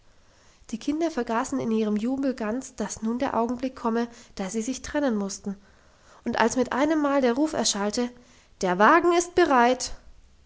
die kinder vergaßen in ihrem jubel ganz dass nun der augenblick komme da sie sich trennen mussten und als mit einem mal der ruf erschallte der wagen ist bereit